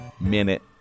Minute